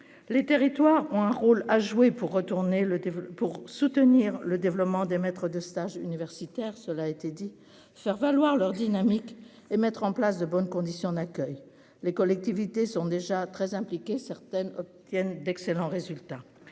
les territoires ont un rôle à jouer pour retourner le pour soutenir le développement des maîtres de stage universitaire, cela a été dit, faire valoir leur dynamique et mettre en place de bonnes conditions n'les collectivités sont déjà très impliqué certaines obtiennent d'excellents résultats,